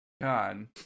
God